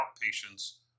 patients